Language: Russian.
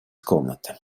комнаты